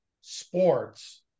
sports